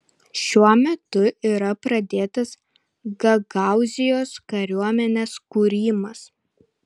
šiuo metu yra pradėtas gagaūzijos kariuomenės kūrimas